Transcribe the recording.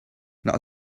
not